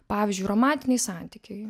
pavyzdžiui romantiniai santykiai